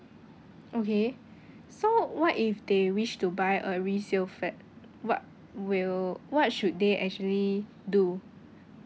okay so what if they wish to buy a resale flat what will what should they actually do